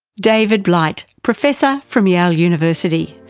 david blight, professor from yale university.